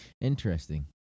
Interesting